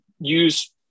use